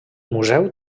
museu